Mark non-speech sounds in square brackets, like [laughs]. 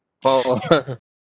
!wow! [laughs]